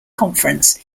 conference